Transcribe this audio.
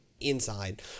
inside